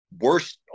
worst